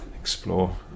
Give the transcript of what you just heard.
explore